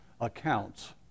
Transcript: accounts